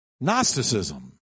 Gnosticism